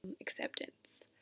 acceptance